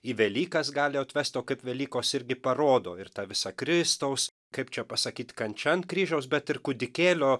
į velykas gali otvest o kaip velykos irgi parodo ir tą visą kristaus kaip čia pasakyt kančia ant kryžiaus bet ir kūdikėlio